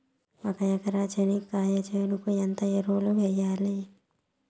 ఒక ఎకరా చెనక్కాయ చేనుకు ఎంత ఎరువులు వెయ్యాలి?